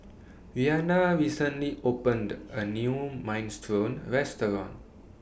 Reanna recently opened A New Minestrone Restaurant